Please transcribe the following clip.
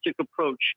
approach